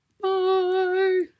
bye